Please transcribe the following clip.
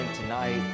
tonight